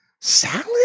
Salad